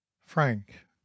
Frank